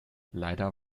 leider